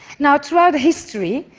now, throughout history,